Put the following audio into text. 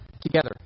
together